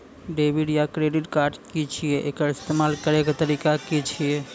Debit या credit card की छियै? एकर इस्तेमाल करैक तरीका की छियै?